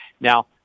Now